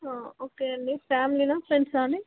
okay అండి ఫ్యామిలీనా ఫ్రెండ్సా అండి